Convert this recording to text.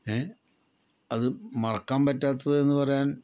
A അത് മറക്കാൻ പറ്റാത്തത് എന്ന് പറയാൻ